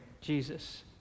Jesus